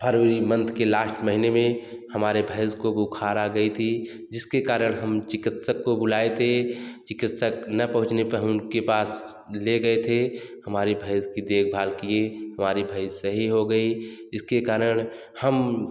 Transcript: फरवरी month के last महीने में हमारे भैंस को बुखार आ गई थी जिसके कारण हम चिकित्सक को बुलाए थे चिकित्सक न पहुँचने पर उनके पास ले गए थे हमारी भैंस की देखभाल किए हमारी भैंस सही हो गई इसके कारण हम